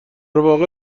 واقع